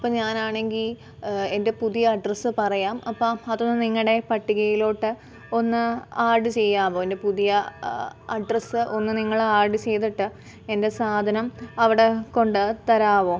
ഇപ്പം ഞാൻ ആണെങ്കിൽ എൻ്റെ പുതിയ അഡ്രസ്സ് പറയാം അപ്പം അതൊന്ന് നിങ്ങളുടെ പട്ടികയിലോട്ട് ഒന്ന് ആഡ് ചെയ്യാമോ എൻ്റെ പുതിയ അഡ്രസ്സ് ഒന്ന് നിങ്ങൾ ആഡ് ചെയ്തിട്ട് എൻ്റെ സാധനം അവിടെ കൊണ്ട് തരാവോ